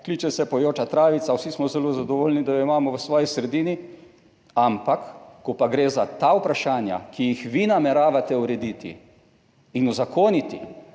kliče se Pojoča travica. Vsi smo zelo zadovoljni, da jo imamo v svoji sredini. Ampak ko pa gre za ta vprašanja, ki jih vi nameravate urediti in uzakoniti,